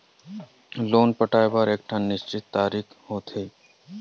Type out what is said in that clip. loan पटाए बर एकठन निस्चित तारीख होथे